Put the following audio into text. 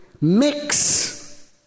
mix